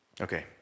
Okay